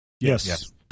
Yes